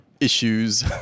issues